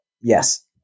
yes